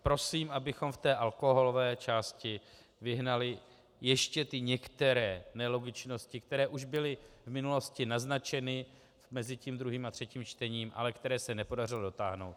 Prosím, abychom v té alkoholové části vyhnali ještě ty některé nelogičnosti, které už byly v minulosti naznačeny mezi tím druhým a třetím čtením, ale které se nepodařilo dotáhnout.